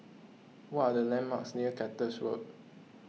what are the landmarks near Cactus Road